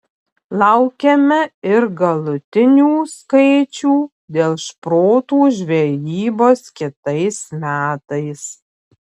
laukiame ir galutinių skaičių dėl šprotų žvejybos kitais metais